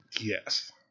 Yes